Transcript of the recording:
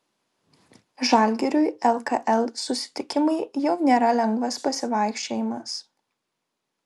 žalgiriui lkl susitikimai jau nėra lengvas pasivaikščiojimas